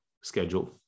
schedule